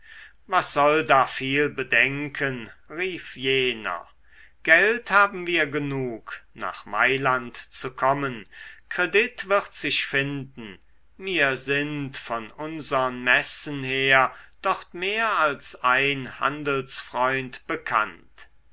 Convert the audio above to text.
was soll da viel bedenken rief jener geld haben wir genug nach mailand zu kommen kredit wird sich finden mir sind von unsern messen her dort mehr als ein handelsfreund bekannt